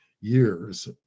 years